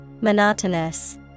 Monotonous